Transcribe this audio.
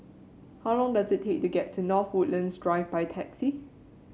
how long does it take to get to North Woodlands Drive by taxi